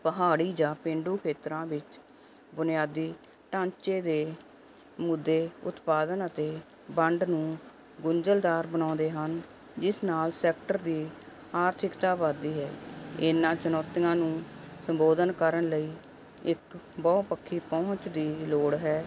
ਪਹਾੜੀ ਜਾਂ ਪੇਂਡੂ ਖੇਤਰਾਂ ਵਿੱਚ ਬੁਨਿਆਦੀ ਢਾਂਚੇ ਦੇ ਮੁੱਦੇ ਉਤਪਾਦਨ ਅਤੇ ਵੰਡ ਨੂੰ ਗੁੰਜਲਦਾਰ ਬਣਾਉਂਦੇ ਹਨ ਜਿਸ ਨਾਲ ਸੈਕਟਰ ਦੀ ਆਰਥਿਕਤਾ ਵਧਦੀ ਹੈ ਇਹਨਾਂ ਚੁਣੌਤੀਆਂ ਨੂੰ ਸੰਬੋਧਨ ਕਰਨ ਲਈ ਇੱਕ ਬਹੁ ਪੱਖੀ ਪਹੁੰਚ ਦੀ ਲੋੜ ਹੈ